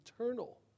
eternal